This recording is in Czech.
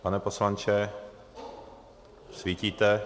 Pane poslanče, svítíte.